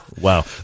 Wow